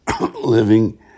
living